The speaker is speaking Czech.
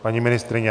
Paní ministryně?